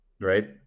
right